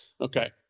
Okay